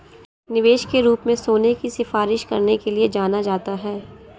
निवेश के रूप में सोने की सिफारिश करने के लिए जाना जाता है